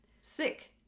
Sick